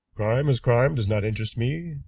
crime as crime does not interest me.